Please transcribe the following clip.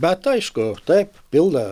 bet aišku taip pilna